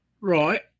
Right